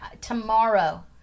tomorrow